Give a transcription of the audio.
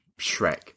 Shrek